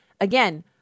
Again